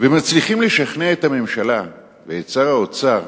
ומצליחים לשכנע את הממשלה ואת שר האוצר